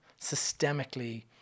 systemically